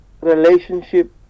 relationship